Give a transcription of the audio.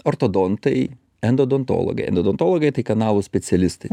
ortodontai endodontologai endodontologai tai kanalų specialistai